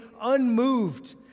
unmoved